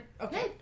Okay